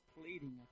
pleading